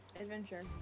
adventure